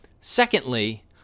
Secondly